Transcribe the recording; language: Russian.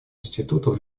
институтов